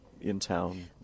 in-town